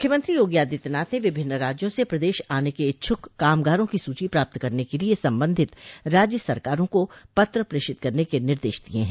मुख्यमंत्री योगी आदित्यनाथ ने विभिन्न राज्यों से प्रदेश आने के इच्छुक कामगारों की सूची प्राप्त करने के लिए सम्बन्धित राज्य सरकारों को पत्र प्रेषित करने के निर्देश दिए हैं